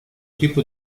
tipo